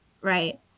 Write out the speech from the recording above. right